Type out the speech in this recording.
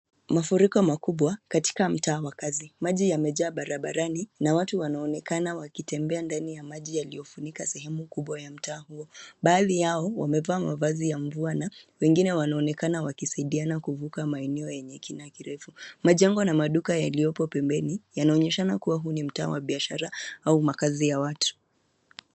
Mafuriko makubwa katika mtaa wa makazi. Maji yamejaa barabarani na watu wanaonekana wakitembea ndani ya maji yaliyofunika sehemu kubwa ya mtaa huo. Baadhi yao wamevaa mavazi ya mvua na wengine wanaonekana wakisaidiana kuvuka maeneo yenye kina kirefu. Majengo na maduka yaliyopo pembeni yanaonyeshana kua huu ni mtaa wa biashara au makazi ya watu.